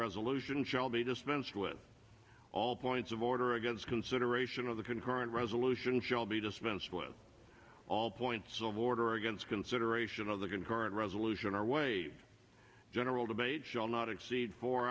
resolution shall be dispensed with all points of order against consideration of the concurrent resolution shall be dispensed with all points of order against consideration of the concurrent resolution are waived general debate shall not exceed four